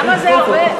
כמה זה הרבה?